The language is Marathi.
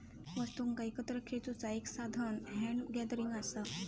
वस्तुंका एकत्र खेचुचा एक साधान हॅन्ड गॅदरिंग असा